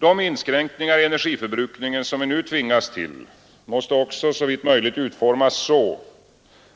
De inskränkningar i energiförbrukningen, som vi nu tvingas till, måste också såvitt möjligt utformas så,